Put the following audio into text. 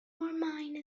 mine